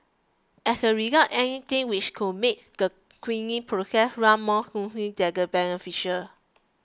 as a result anything which could make the cleaning process run more smoothly beneficial